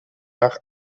nach